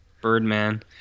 Birdman